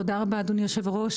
תודה רבה אדוני היו"ר,